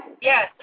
Yes